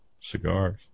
cigars